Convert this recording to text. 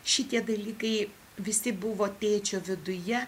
šitie dalykai visi buvo tėčio viduje